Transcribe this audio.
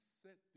set